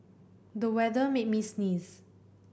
the weather made me sneeze